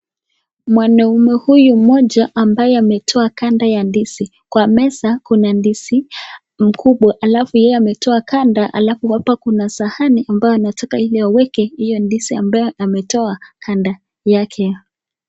Mwanaume huyu mmoja ambaye ametoa ganda ya ndizi ,kwa meza kuna ndizi mkubwa halafu yeye ametoa ganda , halafu hapa kuna sahani ambayo anataka ili aweke hiyo ndizi ambayo ametoa ganda yake.